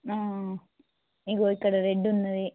ఇదిగో ఇక్కడ రెడ్డు ఉన్నది